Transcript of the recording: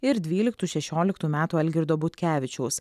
ir dvyliktų šešioliktų metų algirdo butkevičiaus